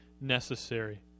necessary